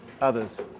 others